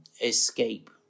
escape